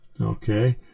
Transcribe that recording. Okay